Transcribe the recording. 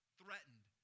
threatened